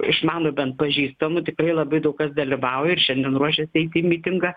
iš mano bent pažįstamų tikrai labai daug kas dalyvauja ir šiandien ruošiasi eit į mitingą